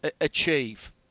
achieve